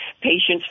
patients